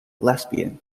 lesbian